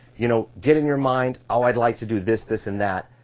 you know, get in your mind, oh i'd like to do, this, this, and that.